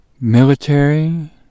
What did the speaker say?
military